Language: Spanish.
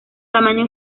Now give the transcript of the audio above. tamaño